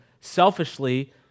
selfishly